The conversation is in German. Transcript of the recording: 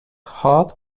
hard